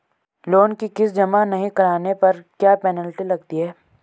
Loan की किश्त जमा नहीं कराने पर क्या पेनल्टी लगती है?